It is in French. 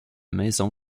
maison